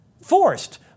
forced